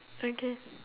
okay